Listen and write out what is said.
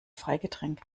freigetränk